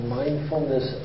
mindfulness